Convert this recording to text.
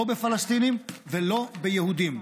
לא בפלסטינים ולא ביהודים.